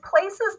places